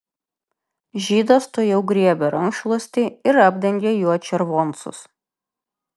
žydas tuojau griebė rankšluostį ir apdengė juo červoncus